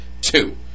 two